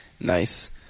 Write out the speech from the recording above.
Nice